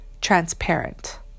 transparent